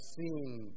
seen